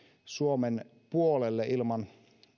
suomen puolelle ilman